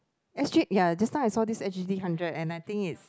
s_g ya just now I saw this s_g hundred and I think it's